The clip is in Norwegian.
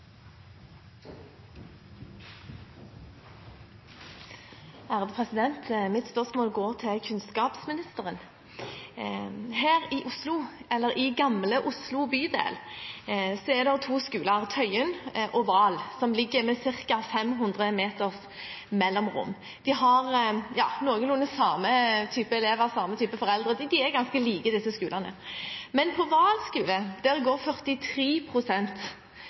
neste hovedspørsmål. Mitt spørsmål går til kunnskapsministeren. I Bydel Gamle Oslo er det to skoler, Tøyen og Vahl, som ligger i ca. 500 meters avstand til hverandre. De har noenlunde samme type elever og samme type foreldre – skolene er ganske like. Men på Vahl skole går